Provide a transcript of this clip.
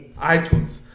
iTunes